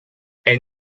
est